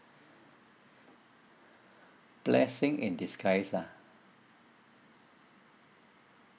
blessing in disguise ah